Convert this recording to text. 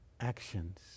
actions